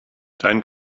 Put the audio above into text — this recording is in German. dein